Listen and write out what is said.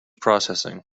processing